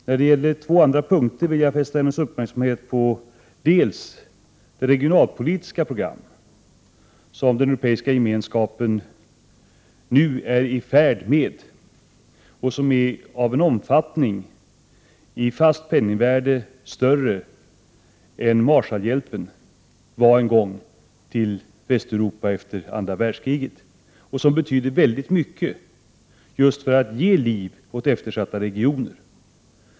Beträffande två andra punkter vill jag fästa hennes uppmärksamhet på EG:s regionalpolitiska program, som den Europeiska gemenskapen nu är i färd med att införa och som är av en omfattning som i fast penningvärde räknat är större än vad Marshallhjälpen till Västeuropa en gång var efter andra världskriget. Det betydde väldigt mycket just för att ge liv åt eftersatta regioner.